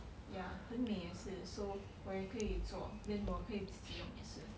yeah 很美也是 so 我也可以做 then 我可以自己用也是